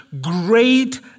great